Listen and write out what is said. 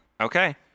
okay